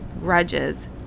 grudges